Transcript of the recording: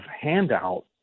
handout